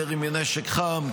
ירי מנשק חם,